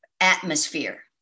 atmosphere